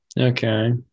okay